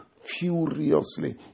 furiously